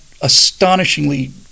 astonishingly